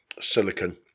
silicon